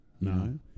no